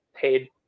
paid